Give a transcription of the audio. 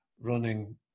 running